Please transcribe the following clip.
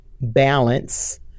balance